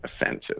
offensive